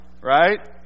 Right